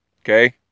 Okay